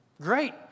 Great